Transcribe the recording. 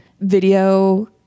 video